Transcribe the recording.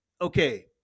Okay